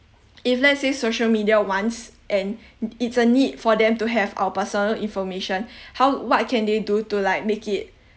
if let's say social media wants and it's a need for them to have our personal information how what can they do to like make it